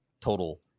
total